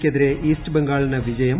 യ്ക്കെതിരെ east ബംഗാളിന് വിജയം